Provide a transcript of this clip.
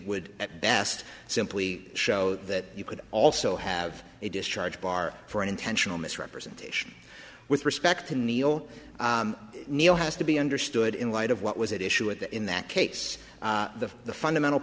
would at best simply show that you could also have a discharge bar for intentional misrepresentation with respect to neil neil has to be understood in light of what was it issue at the in that case the the fundamental